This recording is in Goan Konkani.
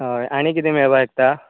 हय आनी कितें मेळपाक शकता